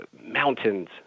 mountains